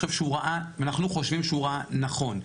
ואנחנו חושבים שהוא ראה נכון.